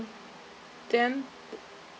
then